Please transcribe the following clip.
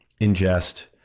ingest